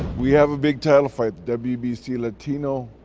we have a big title fight, the wbc latino